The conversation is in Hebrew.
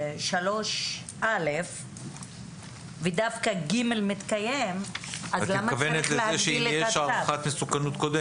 3א ודווקא ג' מתקיים, אז למה צריך להגביל את הצו?